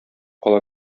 кала